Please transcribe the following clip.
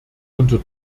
unter